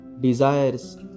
desires